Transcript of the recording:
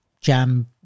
jam